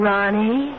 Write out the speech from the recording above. Ronnie